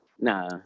nah